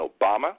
Obama